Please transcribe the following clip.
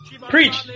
Preach